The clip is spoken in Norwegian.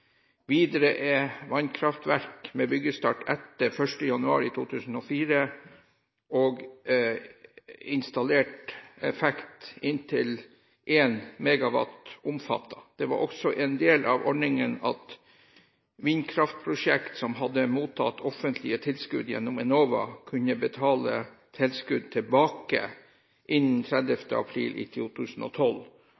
Videre er vannkraftverk med byggestart etter 1. januar 2004 og installert effekt inntil 1 MW omfattet. Det var også en del av ordningen at vindkraftprosjekt som hadde mottatt offentlige tilskudd gjennom Enova, kunne betale tilskuddet tilbake innen